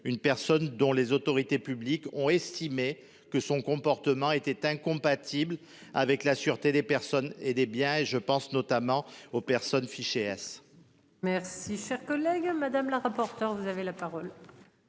une personne dont les autorités publiques ont estimé que son comportement était incompatible avec la sûreté des personnes et des biens et je pense notamment aux personnes fichées S. Merci cher collègue. Madame la rapporteure. Vous avez la parole.